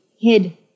hid